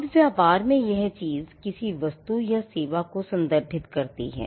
अब व्यापार में यह चीज़ किसी वस्तु या सेवा को संदर्भित करती है